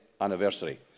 anniversary